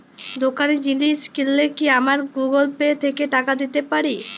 দোকানে জিনিস কিনলে কি আমার গুগল পে থেকে টাকা দিতে পারি?